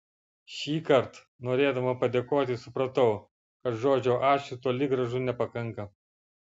šįkart norėdama padėkoti supratau kad žodžio ačiū toli gražu nepakanka